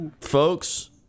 Folks